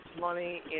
money